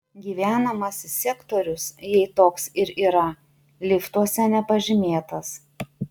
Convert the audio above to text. gyvenamasis sektorius jei toks ir yra liftuose nepažymėtas